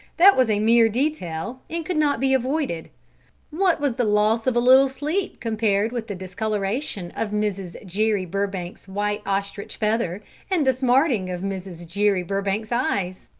that was a mere detail, and could not be avoided what was the loss of a little sleep compared with the discoloration of mrs. jere burbank's white ostrich feather and the smarting of mrs. jere burbank's eyes?